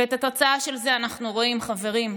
ואת התוצאה של זה אנחנו רואים, חברים.